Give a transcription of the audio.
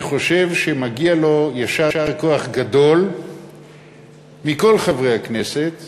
אני חושב שמגיע לו יישר כוח גדול מכל חברי הכנסת